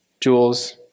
jewels